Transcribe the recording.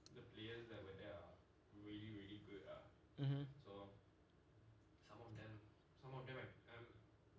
mmhmm